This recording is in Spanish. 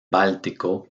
báltico